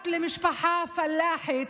בת למשפחה פלאחית,